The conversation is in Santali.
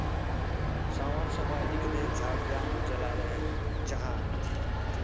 ᱥᱟᱶᱟᱨ ᱥᱮᱵᱟ ᱤᱫᱤ ᱠᱟᱛᱮᱫ ᱡᱷᱟᱲᱜᱨᱟᱢ ᱡᱮᱞᱟᱨᱮ ᱡᱟᱦᱟᱸ